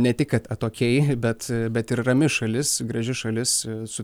ne tik kad atokiai bet bet ir rami šalis graži šalis su